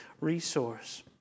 resource